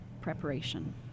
preparation